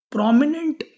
Prominent